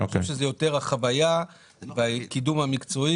אני חושב שזה יותר החוויה והקידום המקצועי.